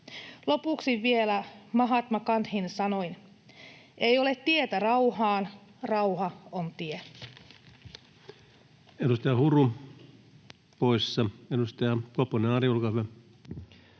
Lopuksi vielä Mahatma Gandhin sanoin: "Ei ole tietä rauhaan, rauha on tie."